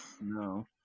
No